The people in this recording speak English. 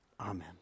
Amen